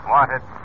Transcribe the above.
Wanted